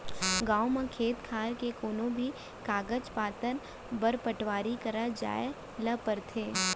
गॉंव म खेत खार के कोनों भी कागज पातर बर पटवारी करा जाए ल परथे